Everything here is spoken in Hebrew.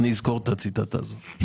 אזכור את הציטטה הזאת.